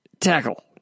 Tackle